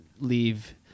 leave